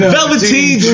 Velveteen